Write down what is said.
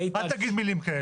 אל תגיד מילים כאלה.